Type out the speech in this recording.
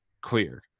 cleared